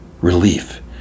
Relief